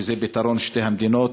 על פתרון שתי המדינות,